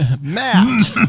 Matt